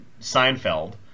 Seinfeld